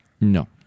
No